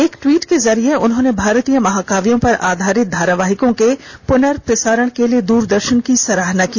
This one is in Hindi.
एक ट्वीट के जरिये उन्होंने भारतीय महाकाव्यों पर आधारित धारावाहिकों कें पुनर्प्रसारण के लिए दूरदर्शन की सराहना की